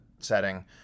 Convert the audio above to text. setting